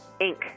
Inc